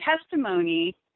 testimony